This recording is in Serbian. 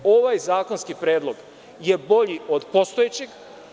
Ovaj zakonski predlog je bolji od postojećeg.